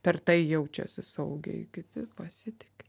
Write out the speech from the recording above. per tai jaučiasi saugiai kiti pasitiki